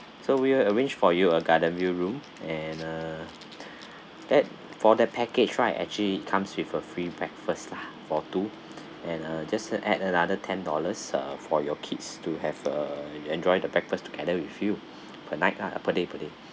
so we'll arrange for you a garden view room and uh that for that package right actually it comes with a free breakfast lah for two and uh just add another ten dollars uh for your kids to have uh enjoy the breakfast together with you per night lah per day per day